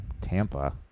Tampa